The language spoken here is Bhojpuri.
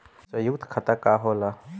सयुक्त खाता का होला?